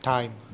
Time